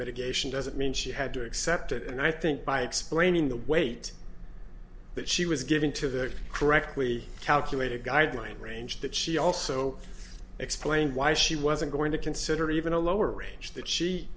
mitigation doesn't mean she had to accept it and i think by explaining the weight that she was given to the correctly calculated guideline range that she also explained why she wasn't going to consider even a lower range that she